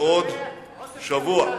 על-חשבון